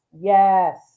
Yes